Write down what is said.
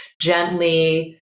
gently